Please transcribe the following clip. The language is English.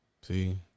See